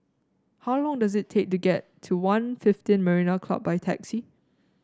how long does it take to get to One fifteen Marina Club by taxi